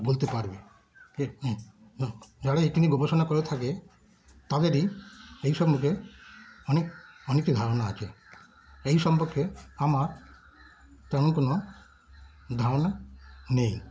বলতে পারবে যে হ্যাঁ যারা এটি নিয়ে গবেষণা করে থাকে তাদেরই এই সম্পর্কে অনেক অনেটাই ধারণা আছে এই সম্পর্কে আমার তেমন কোনো ধারণা নেই